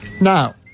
Now